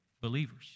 believers